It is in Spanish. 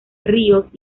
ríos